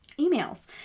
emails